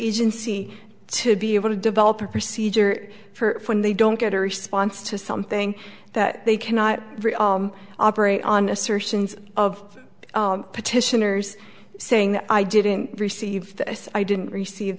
agency to be able to develop a procedure for they don't get a response to something that they cannot operate on assertions of petitioners saying i didn't receive this i didn't receive